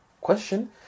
question